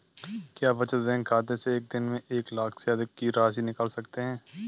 क्या बचत बैंक खाते से एक दिन में एक लाख से अधिक की राशि निकाल सकते हैं?